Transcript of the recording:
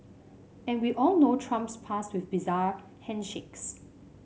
and we all know Trump's past with bizarre handshakes